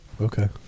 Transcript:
Okay